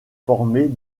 formée